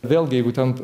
vėlgi jeigu ten